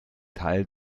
teil